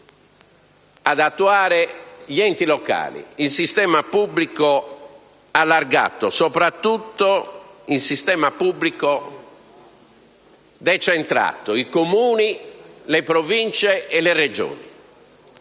chiamati gli enti locali, il sistema pubblico allargato, soprattutto il sistema pubblico decentrato: i Comuni, le Province e le Regioni.